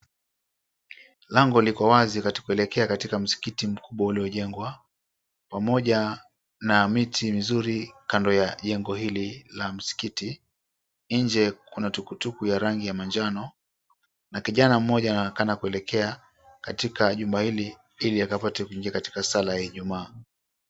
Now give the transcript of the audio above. Lango liko wazi la kuelekea katika msikiti mkubwa uliojengwa pamoja na miti mizuri kando ya jengo hili la musikiti. Nje kuna tuktuk ya rangi ya manjano na kijana mmoja anaonekana kuelekea katika jengo hili ili apate kuingia kwenye sala ya ijumaa.